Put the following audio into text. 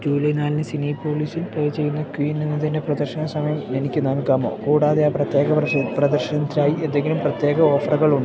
July നാലിന് സിനീപ്പോളീസിൽ play ചെയ്യുന്ന ക്വീൻ എന്നതിന്റെ പ്രദർശന സമയം എനിക്കു നൽകാമോ കൂടാതെ ആ പ്രത്യേക പ്രദർശനത്തിനായി എന്തെങ്കിലും പ്രത്യേക ഓഫറുകളുണ്ടോ